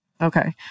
Okay